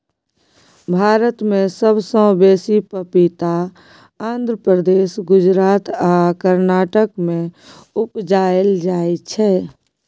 भारत मे सबसँ बेसी पपीता आंध्र प्रदेश, गुजरात आ कर्नाटक मे उपजाएल जाइ छै